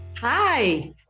hi